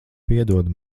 piedod